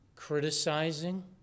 Criticizing